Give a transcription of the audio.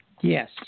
Yes